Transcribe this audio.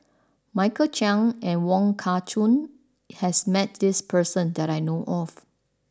Michael Chiang and Wong Kah Chun has met this person that I know of